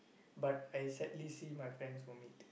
but I sadly see my friends vomit